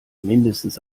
mindestens